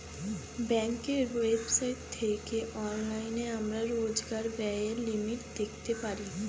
ব্যাঙ্কের ওয়েবসাইট থেকে অনলাইনে আমরা রোজকার ব্যায়ের লিমিট দেখতে পারি